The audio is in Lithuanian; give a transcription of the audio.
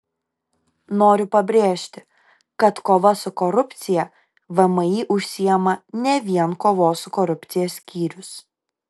noriu pabrėžti kad kova su korupcija vmi užsiima ne vien kovos su korupcija skyrius